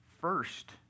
first